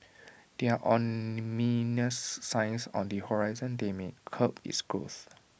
there are ominous signs on the horizon that may curb its growth